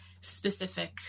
specific